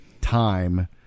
time